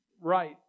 right